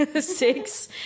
six